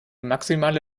maximale